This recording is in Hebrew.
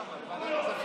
הכספים.